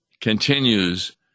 continues